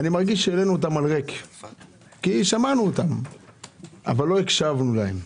אני מרגיש שהעלינו אותם על ריק כי שמענו אותם אבל לא הקשבנו להם.